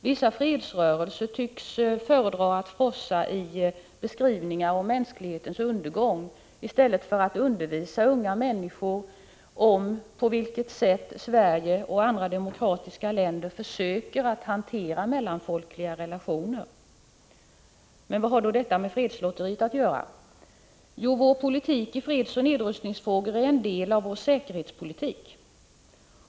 Vissa fredsrörelser tycks föredra att frossa i beskrivningar av mänsklighetens undergång i stället för att undervisa unga människor om på vilket sätt Sverige och andra demokratiska länder försöker att hantera mellanfolkliga relationer. Vad har då detta med fredslotteriet att göra? Jo, vår politik i fredsoch nedrustningsfrågor är en del av vår säkerhetspolitik.